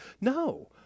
no